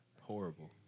Horrible